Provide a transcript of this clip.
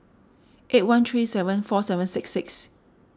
eight one three seven four seven six six